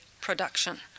production